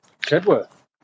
Chedworth